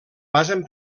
basen